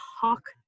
talk